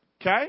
Okay